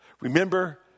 Remember